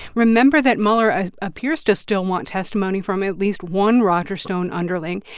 remember that mueller ah appears to still want testimony from at least one roger stone underling.